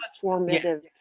formative